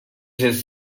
his